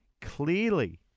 clearly